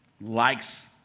likes